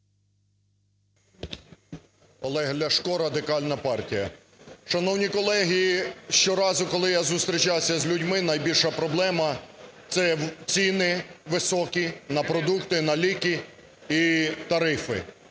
Олег Ляшко, Радикальна партія. Шановні колеги! Щоразу, коли я зустрічався з людьми, найбільша проблема – це ціни високі на продукти, на ліки і тарифи.